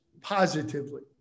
positively